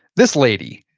this lady,